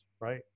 right